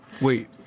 wait